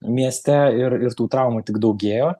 mieste ir ir tų traumų tik daugėjo